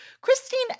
Christine